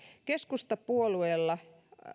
keskustapuolueella